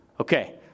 Okay